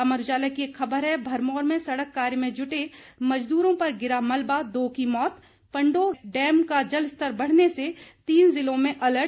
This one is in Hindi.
अमर उजाला की एक खबर है भरमौर में सड़क कार्य में जुटे मजदूरों पर गिरा मलबा दो की मौत पंडोह डैम का जलस्तर बढ़ने से तीन जिलों में अलर्ट